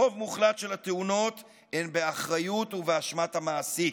רוב מוחלט של התאונות הן באחריות ובאשמת המעסיק,